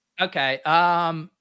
Okay